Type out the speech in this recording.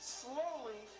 slowly